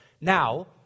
Now